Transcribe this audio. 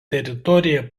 teritorijoje